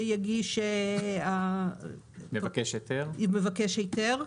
שיגיש מבקש היתר.